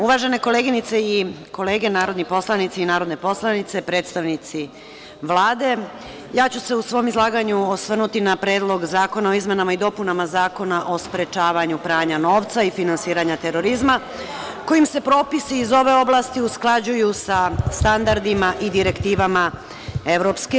Uvažene kolege i koleginice narodni poslanici i narodne poslanice, predstavnici Vlade, ja ću se u svom izlaganju osvrnuti na Predlog zakona o izmenama i dopunama Zakona o sprečavanju pranja novca i finansiranja terorizma kojim se propisi iz ove oblasti usklađuju sa standardima i direktivama EU.